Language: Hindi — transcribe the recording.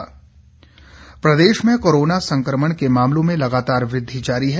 हिमाचल कोरोना प्रदेश में कोरोना संकमण के मामलों में लगातार वृद्धि जारी है